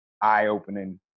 eye-opening